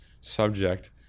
subject